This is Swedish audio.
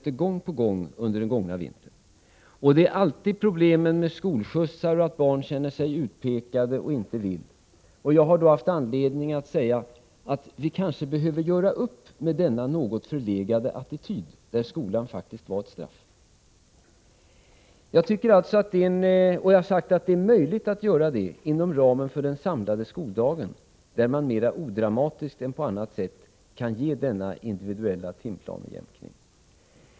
Det gäller då alltid problemen med skolskjutsar — barn som känner sig utpekade och inte vill bli skjutsade. Jag har haft anledning att säga att vi kanske behöver göra upp med den något förlegade attityden att skolan faktiskt skulle vara ett straff. Jag har sagt att det är möjligt att göra det inom ramen för den samlade skoldagen, varigenom man mera odramatiskt än på annat sätt kan genomföra en individuell timplanejämkning.